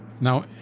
Now